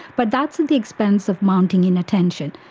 but that's at the expense of mounting inattention.